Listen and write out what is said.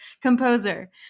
composer